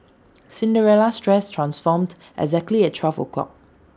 Cinderella's dress transformed exactly at twelve o'clock